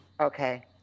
Okay